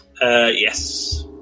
yes